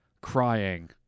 crying